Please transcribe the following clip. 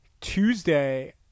Tuesday